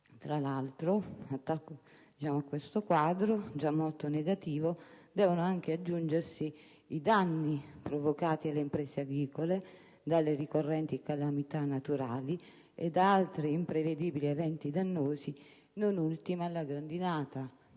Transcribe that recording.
Sottosegretario, a questo quadro già molto negativo devono aggiungersi i danni provocati alle imprese agricole dalle ricorrenti calamità naturali e da altri imprevedibili eventi dannosi, non ultima la grandinata